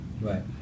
Right